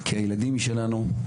כי הילדים שלנו הם